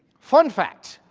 fun fact.